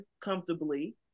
comfortably